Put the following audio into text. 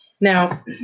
Now